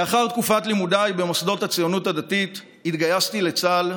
לאחר תקופת לימודיי במוסדות הציונות הדתית התגייסתי לצה"ל,